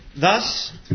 Thus